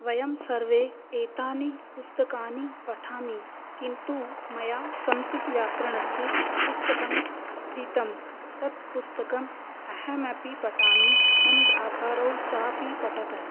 वयं सर्वे एतानि पुस्तकानि पठामि किन्तु मया संस्कृतव्याकरणस्य पुस्तकं क्रीतं तत् पुस्तकम् अहमपि पठामि मम भ्रातरौ चापि पठतः